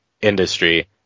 industry